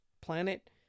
planet